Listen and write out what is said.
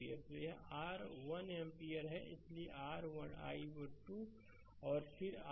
तो यह r 1 ampere है इसलिए r i2 है और फिर r i3 है